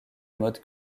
mode